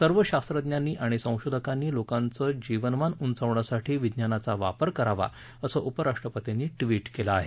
सर्व शास्त्रज्ञांनी आणि संशोधकांनी लोकांचे जीवनमान उंचावण्यासाठी विज्ञानाचा वापर करावा असं उपराष्ट्रपतींनी ट्वीट केलं आहे